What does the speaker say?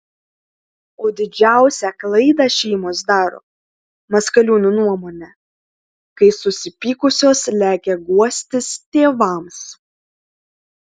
o didžiausią klaidą šeimos daro maskaliūnų nuomone kai susipykusios lekia guostis tėvams